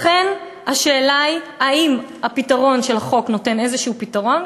לכן השאלה היא האם הפתרון של החוק נותן איזשהו פתרון,